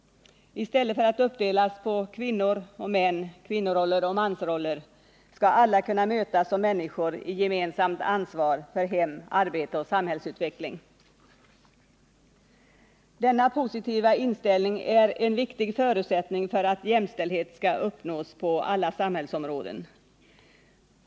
I stället för att uppdelas på ”kvinnoroller” och ”mansroller” skall alla kunna mötas som människor i gemensamt ansvar för hem, arbete och samhällsutveckling. Denna positiva inställning är en viktig förutsättning för att jämställdhet skall uppnås på alla samhällsområden.